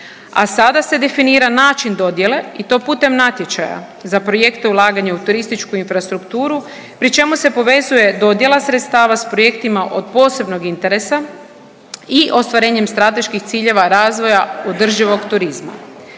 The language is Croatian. a sada se definira način dodjele i to putem natječaja za projekte ulaganja u turističku infrastrukturu pri čemu se povezuje dodjela sredstava s projektima od posebnog interesa i ostvarenjem strateških ciljeva razvoja održivog turizma.